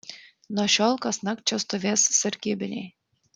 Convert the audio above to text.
nuo šiol kasnakt čia stovės sargybiniai